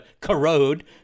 corrode